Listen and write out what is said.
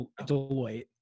deloitte